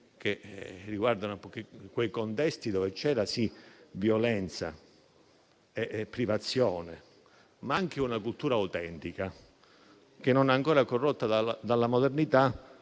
che riguardano quei contesti dove c'era, sì, violenza e privazione, ma anche una cultura autentica non ancora corrotta dalla modernità,